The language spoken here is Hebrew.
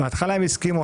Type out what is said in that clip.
בהתחלה הם הסכימו.